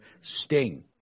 sting